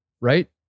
Right